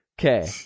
Okay